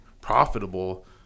profitable